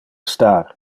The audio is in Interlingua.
star